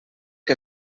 que